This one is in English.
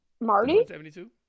Marty